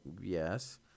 yes